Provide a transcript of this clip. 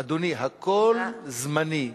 אדוני, הכול זמני.